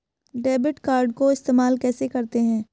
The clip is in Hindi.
डेबिट कार्ड को इस्तेमाल कैसे करते हैं?